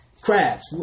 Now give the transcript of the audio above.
Crabs